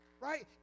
Right